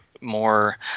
more